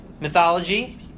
Mythology